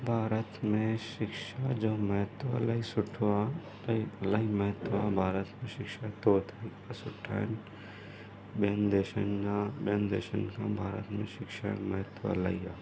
भारत में शिक्षा जो महत्व इलाही सुठो आहे भई इलाही महत्व आहे भारत में शिक्षा जा तौरु तरीक़ा सुठा आहिनि ॿियनि देशनि मां ॿियनि देशनि खां भारत में शिक्षा जो महत्व इलाही आहे